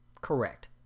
Correct